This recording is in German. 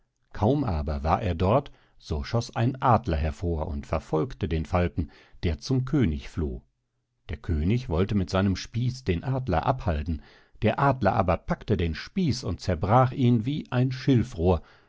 kaum aber war er dort so schoß ein adler hervor und verfolgte den falken der zum könig floh der könig wollte mit seinem spieß den adler abhalten der adler aber packte den spieß und zerbrach ihn wie ein schilfrohr